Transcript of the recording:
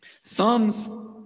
Psalms